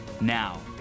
Now